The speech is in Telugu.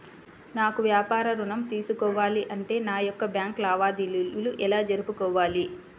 నాకు వ్యాపారం ఋణం తీసుకోవాలి అంటే నా యొక్క బ్యాంకు లావాదేవీలు ఎలా జరుపుకోవాలి?